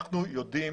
אנחנו יודעים